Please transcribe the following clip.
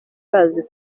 bazi